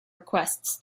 requests